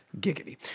Giggity